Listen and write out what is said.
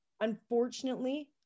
unfortunately